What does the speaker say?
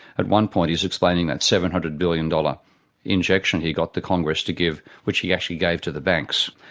at one point he's explaining that seven hundred billion dollars injection he got the congress to give, which he actually gave to the banks.